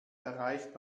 erreicht